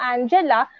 Angela